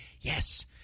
Yes